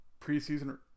preseason